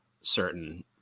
certain